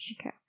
Okay